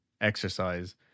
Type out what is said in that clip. exercise